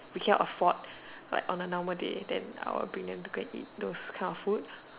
we cannot afford like on a normal day then I will bring them to go and eat those kind of food